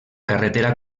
carretera